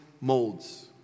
molds